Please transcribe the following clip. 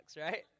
right